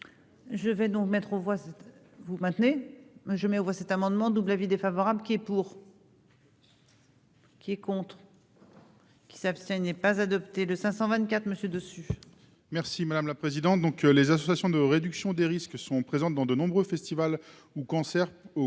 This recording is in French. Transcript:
moi je mets aux voix cet amendement double avis défavorable qui est pour. Qui est contre. Qui s'abstient n'est pas adopté de 524 monsieur dessus. Merci madame la présidente, donc les associations de réduction des risques sont présentes dans de nombreux festivals ou concerts